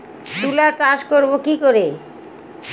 তুলা চাষ করব কি করে?